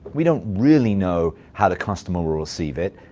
we don't really know how the customer will receive it.